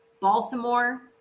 Baltimore